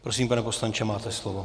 Prosím, pane poslanče, máte slovo.